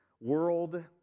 world